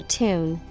tune